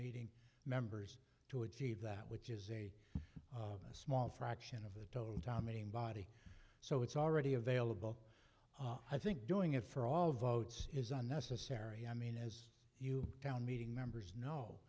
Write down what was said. meeting members to achieve that which is a small fraction of the total time meeting body so it's already available i think doing it for all votes is unnecessary i mean as you town meeting members kno